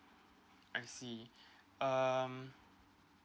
I see um